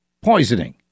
poisoning